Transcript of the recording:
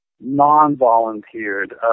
non-volunteered